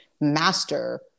master